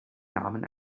namen